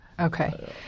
Okay